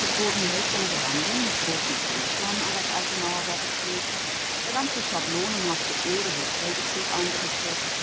es wurden hölzerne veranden mit großen fenstern an das alte mauerwerk geklebt der ganze schablonenhafte öde hotelbetrieb eingerichtet